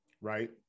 right